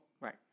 Right